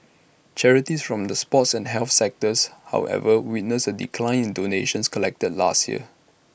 charities from the sports and health sectors however witnessed A decline in donations collected last year